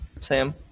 Sam